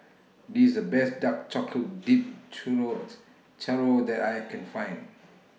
This The Best Dark Chocolate Dipped Churro's Churro that I Can Find